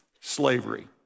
slavery